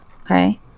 Okay